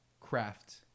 craft